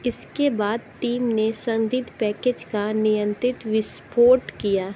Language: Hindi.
इसके बाद टीम ने संदिग्ध पैकेज का नियंत्रित विस्फोट किया